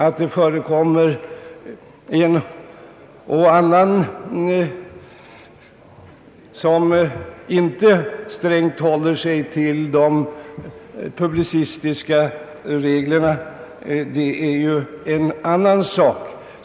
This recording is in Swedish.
Att en och annan inte strängt håller sig till de publicistiska reglerna är en annan sak.